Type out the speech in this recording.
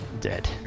dead